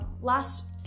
last